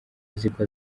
aziko